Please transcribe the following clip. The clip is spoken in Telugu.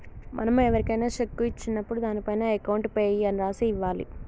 మనం ఎవరికైనా శెక్కు ఇచ్చినప్పుడు దానిపైన అకౌంట్ పేయీ అని రాసి ఇవ్వాలి